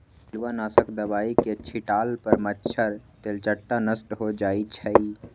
पिलुआ नाशक दवाई के छिट्ला पर मच्छर, तेलट्टा नष्ट हो जाइ छइ